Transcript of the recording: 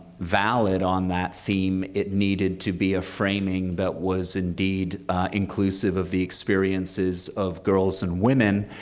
valid on that theme, it needed to be a framing that was indeed inclusive of the experiences of girls and women,